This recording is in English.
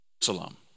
Jerusalem